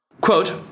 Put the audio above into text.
Quote